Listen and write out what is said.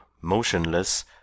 motionless